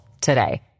today